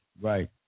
Right